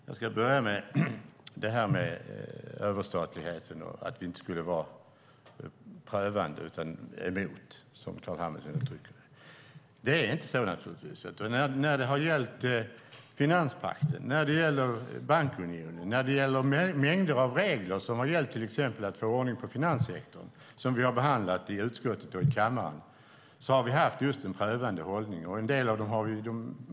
Fru talman! Jag ska börja med detta med överstatligheten och att vi inte skulle vara prövande utan emot den, som Carl B Hamilton uttrycker det. Det är naturligtvis inte så. När det gäller finanspakten, bankunionen och mängder av regler som har gällt att till exempel på ordning på finanssektorn, som vi har behandlat i utskottet och i kammaren, har vi haft just en prövande hållning.